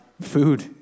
food